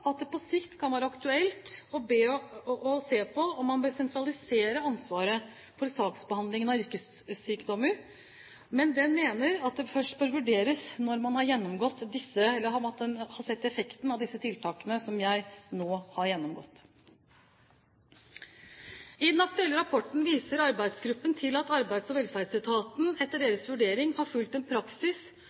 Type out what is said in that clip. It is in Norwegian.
at det på sikt kan være aktuelt å se på om en bør sentralisere ansvaret for saksbehandlingen av yrkessykdommer, men den mener at dette først bør vurderes når en har sett effekten av de tiltakene som jeg nå har gjennomgått. I den aktuelle rapporten viser arbeidsgruppen til at Arbeids- og velferdsetaten etter deres vurdering har fulgt en praksis